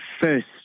first